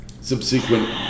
subsequent